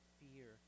fear